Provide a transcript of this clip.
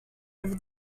over